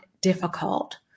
difficult